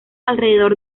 alrededor